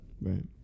Right